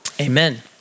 Amen